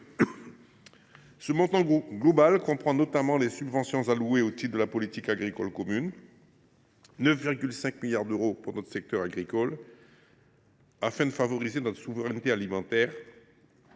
Ce montant global comprend notamment les subventions allouées au titre de la politique agricole commune : 9,5 milliards d’euros pour notre secteur agricole, afin de favoriser notre souveraineté alimentaire,